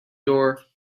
door